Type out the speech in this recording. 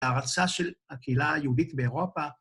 ההרצאה של הקהילה היהודית באירופה.